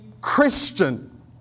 Christian